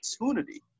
opportunity